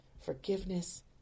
forgiveness